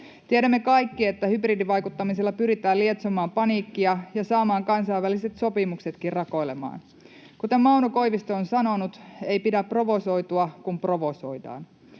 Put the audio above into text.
Tiedämme kaikki, että hybridivaikuttamisella pyritään lietsomaan paniikkia ja saamaan kansainväliset sopimuksetkin rakoilemaan. Kuten Mauno Koivisto on sanonut, ei pidä provosoitua, kun provosoidaan.